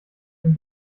dem